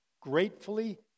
gratefully